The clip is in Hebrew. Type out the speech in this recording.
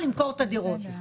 למכור את הדירות.